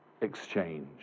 exchange